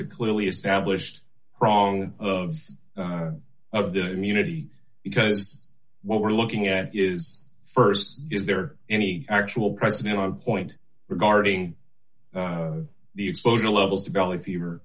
the clearly established prong of of the immunity because what we're looking at is st is there any actual present point regarding the exposure levels to valley fever